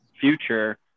future